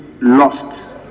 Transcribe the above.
lost